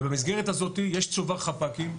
במסגרת הזאת יש צובר חפ"קים,